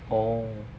oh